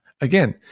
Again